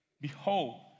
Behold